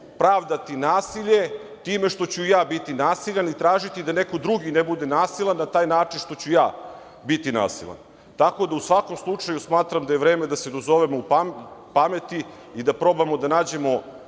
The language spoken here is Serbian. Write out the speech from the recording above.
pravdati nasilje time što ću i ja biti nasilan i tražiti da neko drugi ne bude nasilan na taj način što ću ja biti nasilan. Tako da u svakom slučaju smatram da je vreme da se dozovemo pameti i da probamo da nađemo